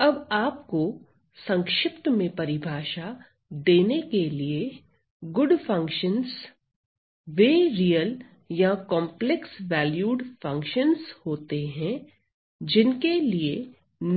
अब आप को संक्षिप्त में परिभाषा देने के लिए गुड फंक्शंस वे रियल या कांपलेक्स वैल्यूड फंक्शंस होते हैं जिनके लिए